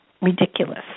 ridiculous